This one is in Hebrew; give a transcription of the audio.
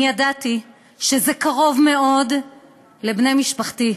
אני ידעתי שזה קרוב מאוד לבני משפחתי.